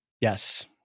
Yes